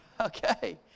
Okay